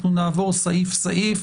אנחנו נעבור סעיף-סעיף